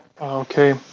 Okay